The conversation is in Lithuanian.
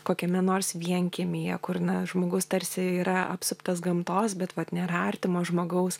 kokiame nors vienkiemyje kur na žmogus tarsi yra apsuptas gamtos bet vat nėra artimo žmogaus